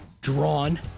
Drawn